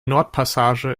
nordpassage